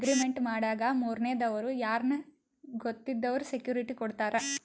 loan agreement ಮಾಡಾಗ ಮೂರನೇ ದವ್ರು ಯಾರ್ನ ಗೊತ್ತಿದ್ದವ್ರು ಸೆಕ್ಯೂರಿಟಿ ಕೊಡ್ತಾರ